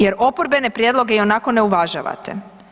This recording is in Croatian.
Jer oporbene prijedloge ionako ne uvažavate.